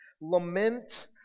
lament